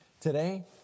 Today